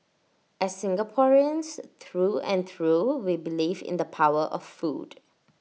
as Singaporeans through and through we believe in the power of food